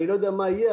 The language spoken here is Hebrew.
אני לא יודע מה יהיה,